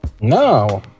no